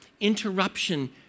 interruption